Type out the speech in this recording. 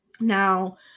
Now